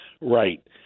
Right